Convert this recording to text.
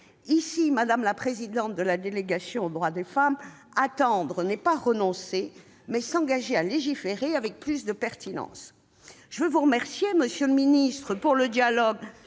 Ici, madame la présidente de la délégation aux droits des femmes, attendre n'est pas renoncer, mais s'engager à légiférer avec plus de pertinence. Je veux remercier M. le ministre du dialogue